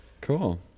cool